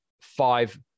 five